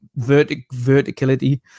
verticality